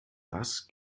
das